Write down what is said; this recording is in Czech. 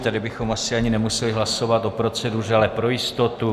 Tady bychom asi ani nemuseli hlasovat o proceduře, ale pro jistotu.